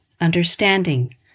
understanding